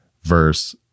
verse